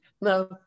no